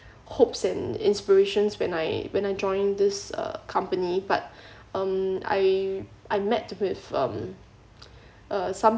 hopes and inspirations when I when I joined this uh company but um I I met with um uh some